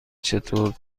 چطور